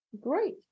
great